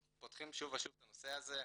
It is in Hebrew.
פותחים שוב ושוב את הנושא הזה,